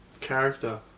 character